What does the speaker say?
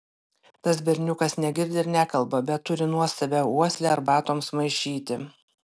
tas berniukas negirdi ir nekalba bet turi nuostabią uoslę arbatoms maišyti